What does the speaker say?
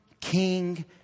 king